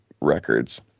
records